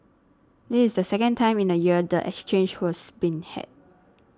this is the second time in a year the exchange was been hacked